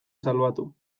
salbatu